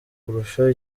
kurusha